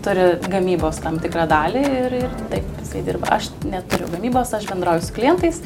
turi gamybos tam tikrą dalį ir ir taip jisai dirba aš neturiu gamybos aš bendrauju su klientais